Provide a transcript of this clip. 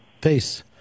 Peace